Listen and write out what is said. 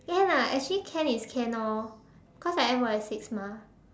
can ah actually can is can orh because I ends work at six mah